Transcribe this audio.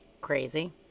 Crazy